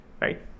right